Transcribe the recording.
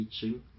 teaching